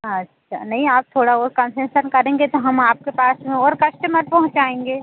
अच्छा नहीं आप थोड़ा वो कन्सेसन करेंगे तो हम आपके पास में और कस्टमर पहुँचाएँगे